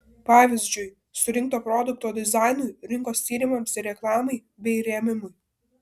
pavyzdžiui surinkto produkto dizainui rinkos tyrimams ir reklamai bei rėmimui